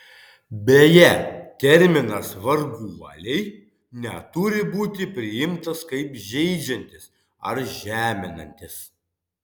beje terminas varguoliai neturi būti priimtas kaip žeidžiantis ar žeminantis